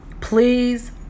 please